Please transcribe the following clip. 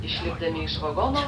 išlipdami iš vagono